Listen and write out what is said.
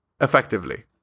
Effectively